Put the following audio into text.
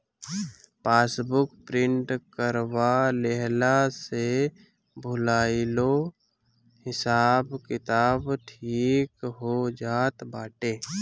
passbook print करवा लेहला से भूलाइलो हिसाब किताब ठीक हो जात बाटे